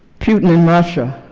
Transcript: putin and russia,